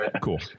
Cool